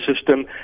system